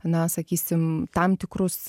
na sakysim tam tikrus